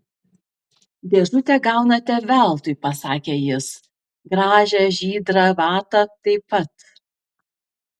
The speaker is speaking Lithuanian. dėžutę gaunate veltui pasakė jis gražią žydrą vatą taip pat